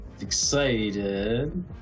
excited